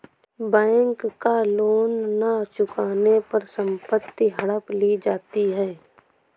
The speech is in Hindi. बैंक का लोन न चुकाने पर संपत्ति हड़प ली जाती है